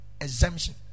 exemption